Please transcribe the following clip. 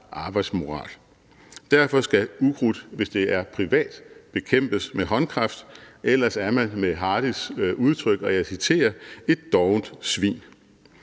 Derfor skal ukrudt, hvis det er privat, bekæmpes med håndkraft; ellers er man med Hardis udtryk – og jeg citerer – et dovent svin.